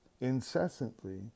incessantly